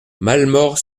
malemort